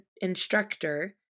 instructor